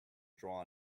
draw